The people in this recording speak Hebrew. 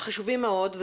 בחשבון בצורה באמת עמוקה